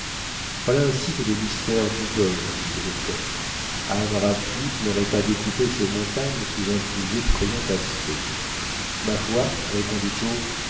voilà un site des mystères d'udolphe dit le docteur ann radcliff n'aurait pas découpé ces montagnes sous un plus effrayant aspect ma foi répondit joe